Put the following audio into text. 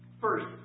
First